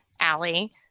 Allie